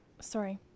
sorry